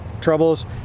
troubles